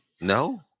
no